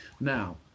Now